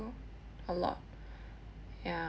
to a lot ya